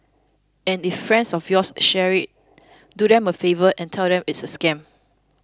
and if friends of yours share it do them a favour and tell them it's a scam